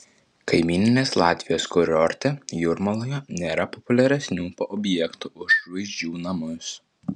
kaimyninės latvijos kurorte jūrmaloje nėra populiaresnių objektų už žvaigždžių namus